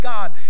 God